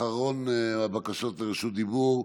אחרון מהבקשות לרשות דיבור: